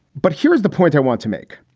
but here's the point i want to make.